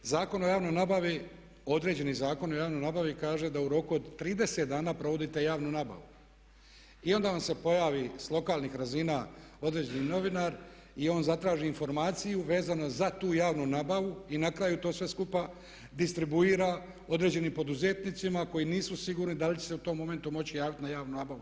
Zakon o javnoj nabavi, određeni Zakon o javnoj nabavi da u roku od 30 dana provodite javnu nabavu i onda vam se pojavi s lokalnih razina određeni novinar i on zatraži informaciju vezanu za tu javnu nabavu i na kraju to sve skupa distribuira određeni poduzetnicima koji nisu sigurni da li će se u tom momentu moći javiti na javnu nabavu.